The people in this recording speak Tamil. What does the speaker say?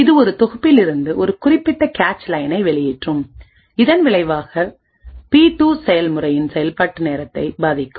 இது ஒரு தொகுப்பிலிருந்து ஒரு குறிப்பிட்ட கேச்லயனை வெளியேற்றும் இதன் விளைவாக பி2 செயல்முறையின் செயல்பாட்டு நேரத்தை பாதிக்கும்